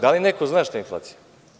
Da li neko zna šta je inflacija?